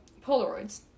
Polaroids